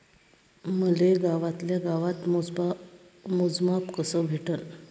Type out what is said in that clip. मले गावातल्या गावात मोजमाप कस भेटन?